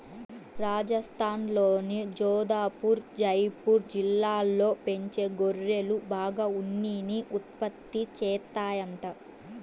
రాజస్థాన్లోని జోధపుర్, జైపూర్ జిల్లాల్లో పెంచే గొర్రెలు బాగా ఉన్నిని ఉత్పత్తి చేత్తాయంట